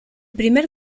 primer